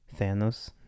Thanos